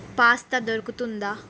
pasta దొరుకుతుందా